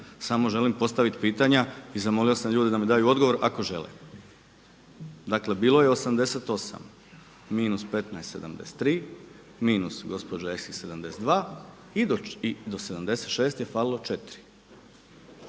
samo želim postaviti pitanja i zamolio sam ljude da mi daju odgovor ako žele. Dakle bilo je 88 minus 15, 73, minus gospođa Eshi 72 i do 76 je falilo 4.